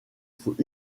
faut